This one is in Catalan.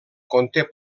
conté